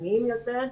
בעדכניים יותר.